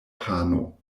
pano